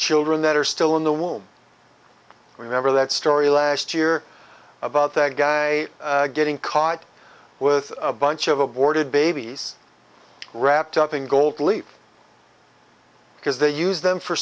children that are still in the womb remember that story last year about that guy getting caught with a bunch of aborted babies wrapped up in gold leap because they used them for